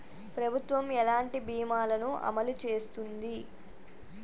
ప్రభుత్వం ఎలాంటి బీమా ల ను అమలు చేస్తుంది?